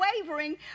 wavering